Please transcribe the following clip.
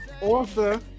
author